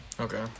Okay